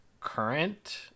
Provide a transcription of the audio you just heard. current